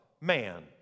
Man